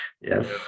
yes